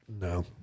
No